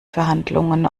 verhandlungen